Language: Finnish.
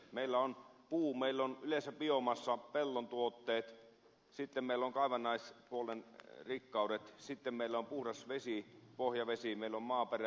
meillä on puu meillä on yleensä biomassa pellon tuotteet sitten meillä on kaivannaispuolen rikkaudet sitten meillä on puhdas vesi pohjavesi meillä on maaperä